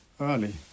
early